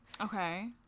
okay